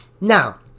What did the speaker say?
Now